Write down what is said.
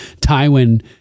Tywin